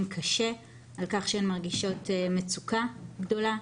קשה על-כך שהן מרגישות מצוקה גדולה.